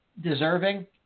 deserving